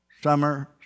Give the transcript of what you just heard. summer